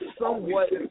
somewhat